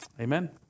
Amen